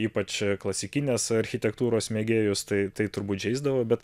ypač klasikinės architektūros mėgėjus tai tai turbūt žeisdavo bet